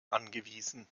angewiesen